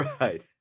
right